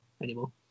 anymore